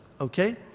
Okay